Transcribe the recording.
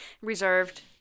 Reserved